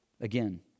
Again